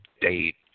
date